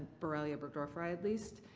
borrelia burgdorferi at least,